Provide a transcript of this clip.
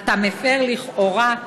אתה מפר, לכאורה,